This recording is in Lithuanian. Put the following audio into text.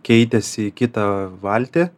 keitėsi į kitą valtį